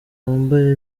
bambaye